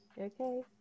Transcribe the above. Okay